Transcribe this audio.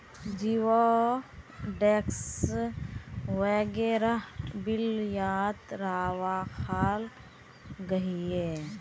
जिओडेक्स वगैरह बेल्वियात राखाल गहिये